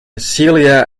celia